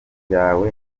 ryawe